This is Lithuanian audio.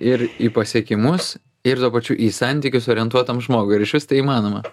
ir į pasiekimus ir tuo pačiu į santykius orientuotam žmogui ar išvis tai įmanoma